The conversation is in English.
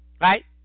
right